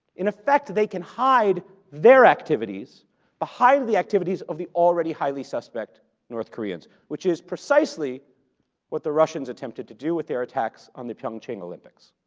in effect, they can hide their activities behind the activities of the already highly suspect north koreans, which is precisely what the russians attempted to do with their attacks on the pyeongchang olympics,